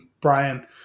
Brian